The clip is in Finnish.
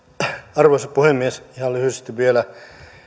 arvoisa puhemies ihan lyhyesti vielä